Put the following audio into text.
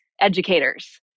educators